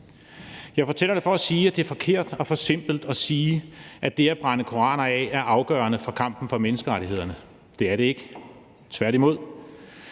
Jeg fortæller det for at sige, at det er forkert og for simpelt at sige, at det at brænde koraner af er afgørende for kampen for menneskerettighederne. For det er det ikke, tværtimod.